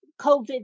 COVID